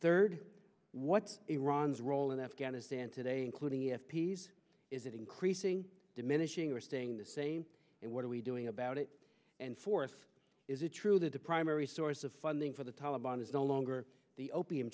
third what's iran's role in that ghana stand today including the f p s is it increasing diminishing or staying the same and what are we doing about it and fourth is it true that the primary source of funding for the taliban is no longer the opium